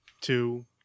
two